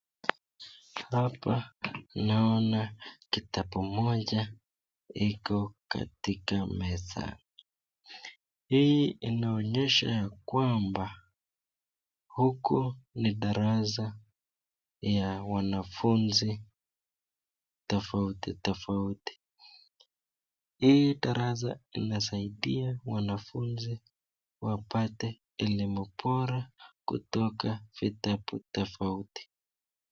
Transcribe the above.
Hapa naona kitabu moja iko katika meza. Hii inaonyesha yakwamba huku ni darasa ya wanafunzi tofauti tofauti. Hii darasa inasaidia wanafunzi wapate elimu bora kutoka vitabu tofauti.